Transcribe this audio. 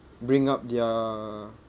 bring up their